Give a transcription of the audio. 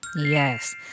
Yes